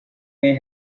may